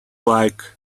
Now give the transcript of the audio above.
like